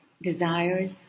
desires